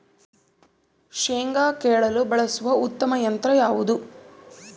ಶೇಂಗಾ ಕೇಳಲು ಬಳಸುವ ಉತ್ತಮ ಯಂತ್ರ ಯಾವುದು?